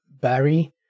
Barry